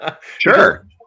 Sure